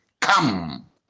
come